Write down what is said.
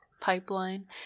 pipeline